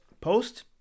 post